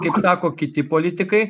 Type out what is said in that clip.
kaip sako kiti politikai